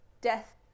death